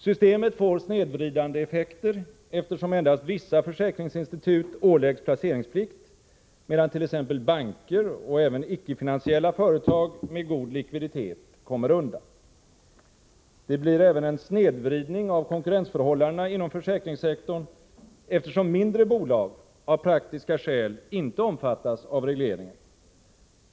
Systemet får snedvridande effekter, eftersom endast vissa försäkringsinstitut åläggs placeringsplikt, medan t.ex. banker och även icke-finansiella företag med god likviditet kommer undan. Det blir även en snedvridning av konkurrensförhållandena inom försäkringssektorn, eftersom mindre bolag av praktiska skäl inte omfattas av regleringen.